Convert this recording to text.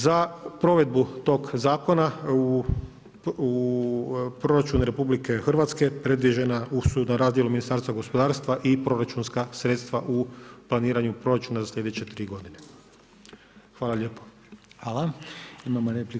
Za provedbu tog zakona, u proračunu RH, predviđena na razdjelu Ministarstva gospodarstva i proračunska sredstva u planiranju proračuna za slijedeće 3 g. Hvala lijepo.